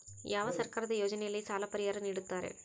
ಯಾವ ಸರ್ಕಾರದ ಯೋಜನೆಯಲ್ಲಿ ಸಾಲ ಪರಿಹಾರ ನೇಡುತ್ತಾರೆ?